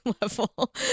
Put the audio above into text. level